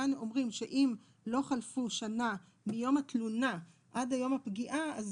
כאן אומרים שאם לא חלפה שנה מיום התלונה עד יום הפגיעה אז